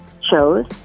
chose